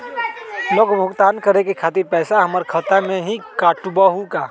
Loan भुगतान करे के खातिर पैसा हमर खाता में से ही काटबहु का?